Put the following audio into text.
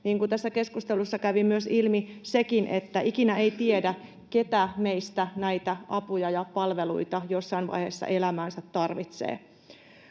kuin tässä keskustelussa kävi myös ilmi, ikinä ei tiedä, kuka meistä näitä apuja ja palveluita jossain vaiheessa elämäänsä tarvitsee.